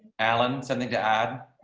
alan something to add.